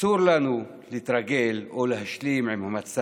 אסור לנו להתרגל למצב או להשלים איתו,